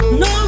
no